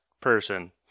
person